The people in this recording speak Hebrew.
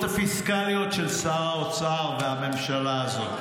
הפיסקליות של שר האוצר והממשלה הזאת.